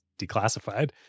declassified